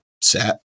set